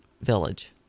village